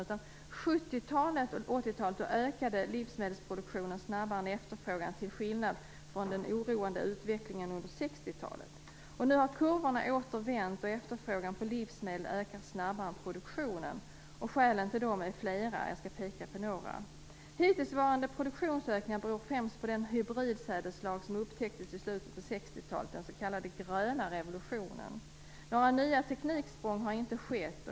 Under 70 och 80-talet ökade livsmedelsproduktionen snabbare än efterfrågan till skillnad från den oroande utvecklingen under 60-talet. Nu har kurvorna åter vänt, och efterfrågan på livsmedel ökar snabbare än produktionen. Skälen till detta är flera: 1. Hittillsvarande produktionsökningar beror främst på de hybridsädesslag som upptäcktes i slutet på 60-talet, den s.k. gröna revolutionen. Några nya tekniksprång har inte skett.